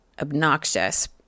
obnoxious